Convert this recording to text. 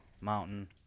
Mountain